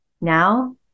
now